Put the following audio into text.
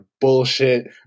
bullshit